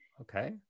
okay